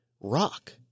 rock